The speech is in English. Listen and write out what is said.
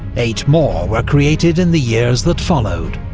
eight more were created in the years that followed.